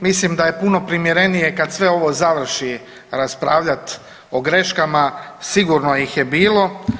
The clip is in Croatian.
Mislim da je puno primjerenije kad sve ovo završi raspravljati o greškama, sigurno ih je bilo.